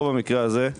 פה אנו